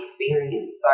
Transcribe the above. experience